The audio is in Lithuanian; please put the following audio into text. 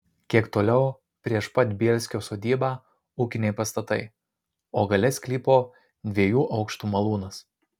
kiek toliau prieš pat bielskio sodybą ūkiniai pastatai o gale sklypo dviejų aukštų malūnas